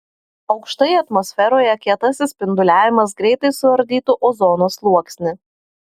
aukštai atmosferoje kietasis spinduliavimas greitai suardytų ozono sluoksnį